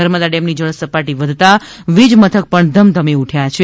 નર્મદા ડેમની જળસપાટી વધતાં વીજ મથક પણ ધમધમી ઉઠ્યા છે